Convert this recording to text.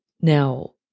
Now